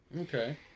Okay